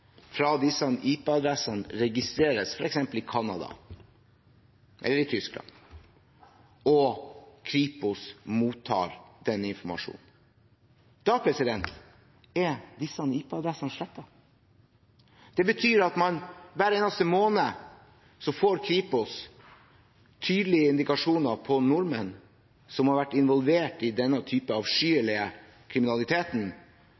fra disse IP-adressene registreres, f.eks. i Canada eller i Tyskland, til Kripos mottar den informasjonen. Da er disse IP-adressene slettet. Det betyr at hver eneste måned får Kripos tydelige indikasjoner på nordmenn som har vært involvert i denne